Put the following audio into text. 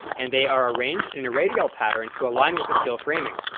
and they are arranged in a radial pattern to align with the steel framing.